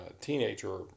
teenager